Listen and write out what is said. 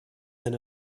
than